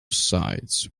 sides